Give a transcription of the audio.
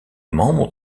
membre